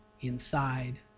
inside